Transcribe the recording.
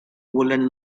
woollen